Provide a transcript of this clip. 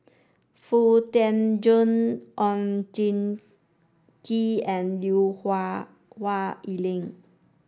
Foo Tee Jun Oon Jin Gee and Lui Hah Wah Elena